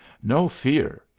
no fear!